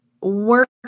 work